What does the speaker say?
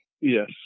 Yes